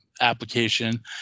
application